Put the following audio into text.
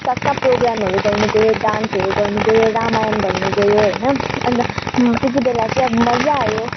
कहाँ कहाँ प्रोगामहरू गर्नु गयो डान्सहरू गर्नु गयो रामायण भन्नु गयो होइन अन्त त्यति बेला चाहिँ मजा आयो